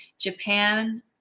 Japan